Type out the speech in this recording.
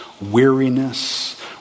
weariness